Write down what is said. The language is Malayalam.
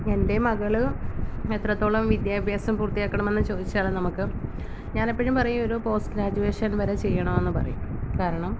എൻ്റെ മകള് എത്രത്തോളം വിദ്യാഭ്യാസം പൂർത്തിയാക്കണമെന്ന് ചോദിച്ചാല് നമുക്ക് ഞനെപ്പോഴും പറയും ഒരു പോസ്റ്റ് ഗ്രാജുയേഷൻ വരെ ചെയ്യണമെന്ന് പറയും കാരണം